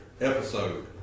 episode